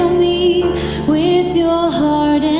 me with your heart